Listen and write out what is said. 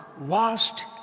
lost